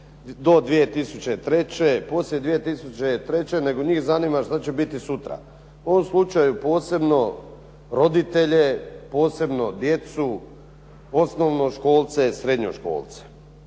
do 2003., poslije 2003., nego njih zanima što će biti sutra. U ovom slučaju posebno roditelje, posebno djecu, osnovnoškolce, srednjoškolce.